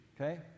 okay